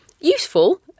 useful